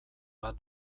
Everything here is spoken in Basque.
bat